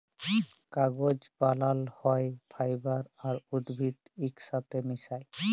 কাগজ বালাল হ্যয় ফাইবার আর উদ্ভিদ ইকসাথে মিশায়